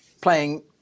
playing